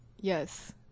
Yes